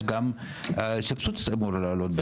אז גם סבסוד אמור לעלות.